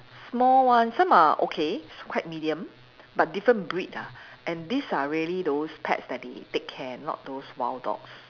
small ones some are okay quite medium but different breed ah and these are really those pets that they take care not those wild dogs